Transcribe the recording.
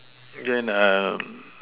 then err